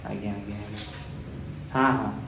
ଆଜ୍ଞା ଆଜ୍ଞା ଆଜ୍ଞା ହଁ ହଁ ହଁ